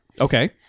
Okay